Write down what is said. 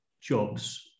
jobs